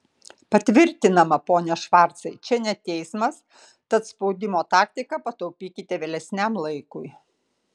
patvirtinama pone švarcai čia ne teismas tad spaudimo taktiką pataupykite vėlesniam laikui